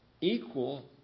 equal